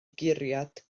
guriad